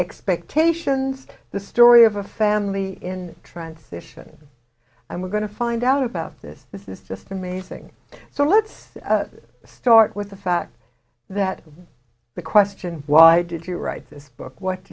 expectations the story of a family in transition i'm going to find out about this this is just amazing so let's start with the fact that the question why did you write this book what